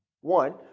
one